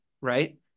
right